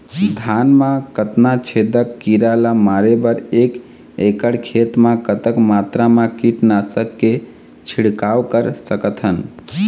धान मा कतना छेदक कीरा ला मारे बर एक एकड़ खेत मा कतक मात्रा मा कीट नासक के छिड़काव कर सकथन?